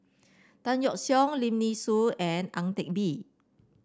Tan Yeok Seong Lim Nee Soon and Ang Teck Bee